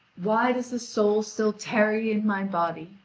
why does the soul still tarry in my body?